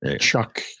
Chuck